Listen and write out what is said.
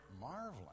marveling